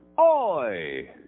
Oi